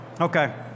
Okay